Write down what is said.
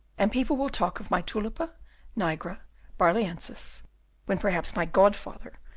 and people will talk of my tulipa nigra barlaensis when perhaps my godfather,